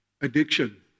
addiction